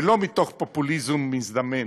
ולא מתוך פופוליזם מזדמן.